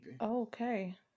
Okay